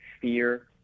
fear